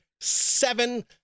seven